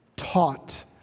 taught